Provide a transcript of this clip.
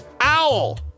Owl